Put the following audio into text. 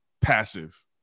passive